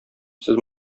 сез